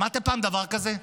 שמעתם פעם דבר כזה?